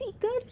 good